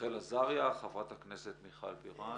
רחל עזריה, חברת הכנסת מיכל בירן